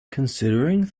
considering